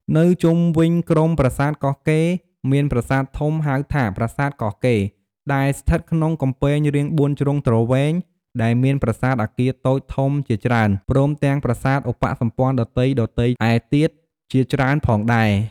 នៅជុំវិញក្រុមប្រាសាទកោះកេរ្តិ៍ មាន ប្រាសាទធំ ហៅថាប្រាសាទកោះកេរ្ដិ៍ ដែលស្ថិតក្នុងកំពែងរាងបួនជ្រុងទ្រវែង ដែលមានប្រាសាទ អគារតូច ធំជាច្រើន ព្រមទាំងប្រាសាទឧបសម្ព័ន្ធដទៃៗឯទៀតជាច្រើនផងដែរ។